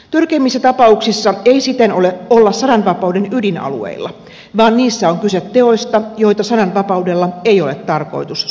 törkeimmissä tapauksissa ei siten olla sananvapauden ydinalueilla vaan niissä on kyse teoista joita sananvapaudella ei ole tarkoitus suojata